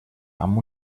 amb